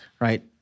right